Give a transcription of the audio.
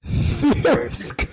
Fierce